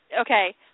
Okay